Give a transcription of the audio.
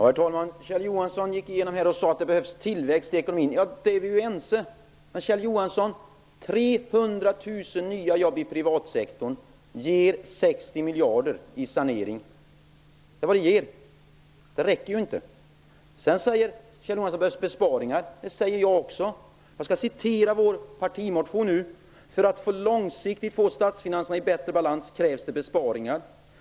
Herr talman! Kjell Johansson sade att det behövs tillväxt i ekonomin. Vi är ense om det. Kjell Johansson! 300 000 nya jobb i den privata sektorn ger 60 miljarder i sanering. Det räcker inte. Kjell Johansson säger att det behövs besparingar. Det säger jag också. Jag skall citera ur vår partimotion: ''För att långsiktigt få statsfinanserna i bättre balans krävs det besparingar.